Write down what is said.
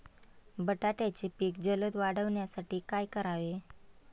बटाट्याचे पीक जलद वाढवण्यासाठी काय करावे?